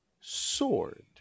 sword